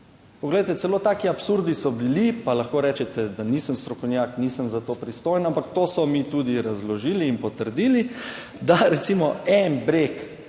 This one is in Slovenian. Poglejte, celo taki absurdi so bili, pa lahko rečete, da nisem strokovnjak, nisem za to pristojen, ampak to so mi tudi razložili in potrdili, da recimo en breg